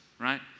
right